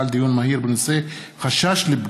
דיון מהיר בהצעתה של חברת הכנסת יעל כהן-פארן בנושא: חשש לפגמים